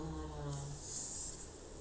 I don't know I don't